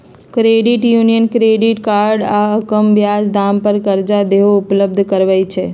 credit union credit card आऽ कम ब्याज दाम पर करजा देहो उपलब्ध करबइ छइ